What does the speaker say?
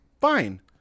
fine